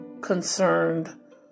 concerned